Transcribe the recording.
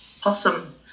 possum